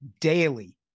daily